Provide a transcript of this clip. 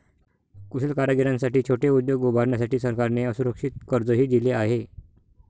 कुशल कारागिरांसाठी छोटे उद्योग उभारण्यासाठी सरकारने असुरक्षित कर्जही दिले आहे